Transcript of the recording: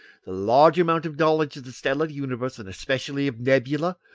the large amount of knowledge of the stellar universe, and especially of nebulae,